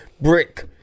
brick